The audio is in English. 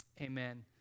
Amen